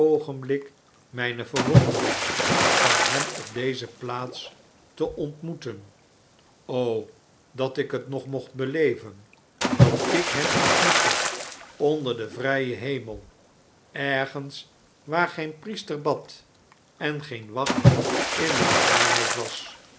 oogenblik myne verwondering van hem op deze plaats te ontmoeten dat ik het nog mocht beleven dat ik hem ontmoette onder den vrijen hemel ergens waar geen priester bad en geen wacht in de nabyheid was